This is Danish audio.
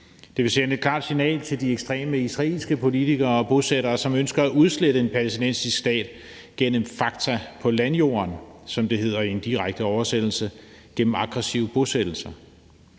Det vil sende et klart signal til de ekstreme israelske politikere og bosættere, som ønsker at udslette en palæstinensisk stat gennem fakta på landjorden, som det hedder i en direkte oversættelse, gennem aggressive bosættelser.